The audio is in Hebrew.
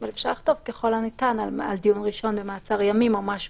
--- לא מורידים את החובה, אומרים: ככלל, אלא אם.